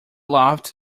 loved